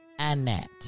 Annette